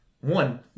one